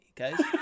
Okay